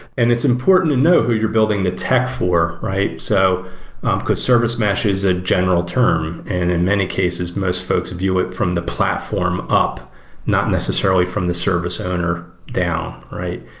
and it's important to know who you're building the tech for, right? so because service mesh is a general term, and in many cases, most folks view it from the platform up not necessarily from the service owner down, right?